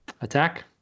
attack